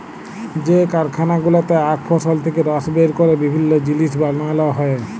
যে কারখালা গুলাতে আখ ফসল থেক্যে রস বের ক্যরে বিভিল্য জিলিস বানাল হ্যয়ে